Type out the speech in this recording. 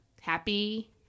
happy